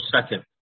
second